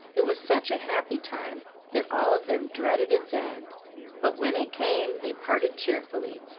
it was such a happy time that all of them dreaded its end but when it came they parted cheerfully,